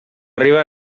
riba